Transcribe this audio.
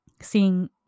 seeing